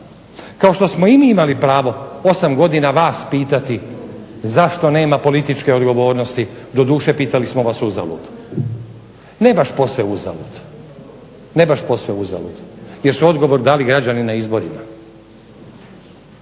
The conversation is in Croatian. Kao što smo i mi imali pravo 8 godina vas pitati zašto nema političke odgovornosti, doduše pitali smo vas uzalud, ne baš posve uzalud. Jer su odgovor dali građani na izborima,